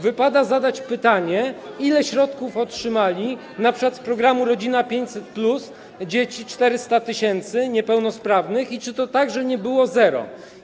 Wypada zadać pytanie, ile środków otrzymało np. z programu „Rodzina 500+” 400 tys. dzieci niepełnosprawnych i czy to także nie było zero?